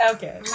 Okay